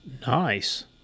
Nice